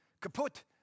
kaput